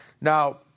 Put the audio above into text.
Now